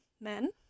men